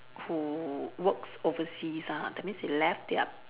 who works overseas ah that means they left their